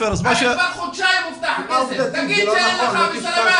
לפני חודשיים הובטח הכסף.